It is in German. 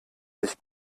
sich